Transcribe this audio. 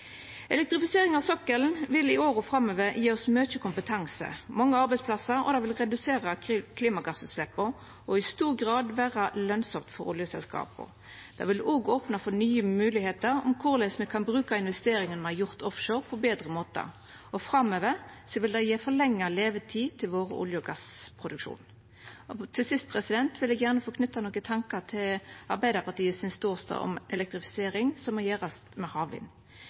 Elektrifisering av sokkelen vil i åra framover gje oss mykje kompetanse og mange arbeidsplassar. Det vil redusera klimagassutsleppa og i stor grad vera lønsamt for oljeselskapa. Det vil òg opna for nye moglegheiter for korleis me kan bruka investeringane me har gjort offshore på betre måtar, og framover vil det gje forlengd levetid til olje- og gassproduksjonen vår. Til sist vil eg gjerne få knyta nokre tankar til Arbeidarpartiet sin ståstad om at elektrifiseringa må gjerast med havvind.